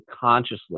consciously